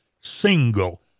single